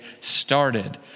started